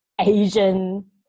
Asian